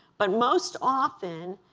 but most often,